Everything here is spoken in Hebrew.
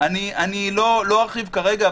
לא ארחיב כרגע,